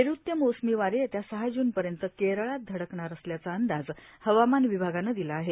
नैऋत्य मोसमी वारे येत्या सहा जूनपर्यंत केरळात धडकणार असल्याचा अंदाज हवामान विभागानं दिला आहे